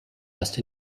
erst